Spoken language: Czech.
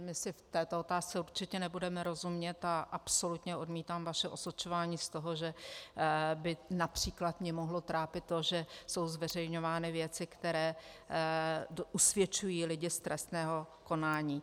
My si v této otázce určitě nebudeme rozumět a absolutně odmítám vaše osočování z toho, že by například mě mohlo trápit to, že jsou zveřejňovány věci, které usvědčují lidi z trestného konání.